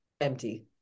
empty